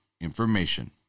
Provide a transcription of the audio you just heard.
information